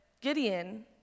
Gideon